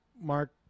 Mark